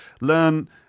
learn